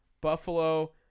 Buffalo